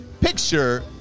picture